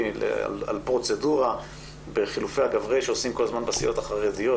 על פרוצדורה בחילופי הגברי שעושים כל הזמן בסיעות החרדיות,